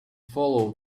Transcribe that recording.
follow